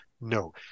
no